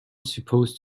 supposed